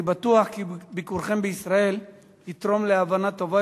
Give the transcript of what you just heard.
אני בטוח כי ביקורכם בישראל יתרום להבנה טובה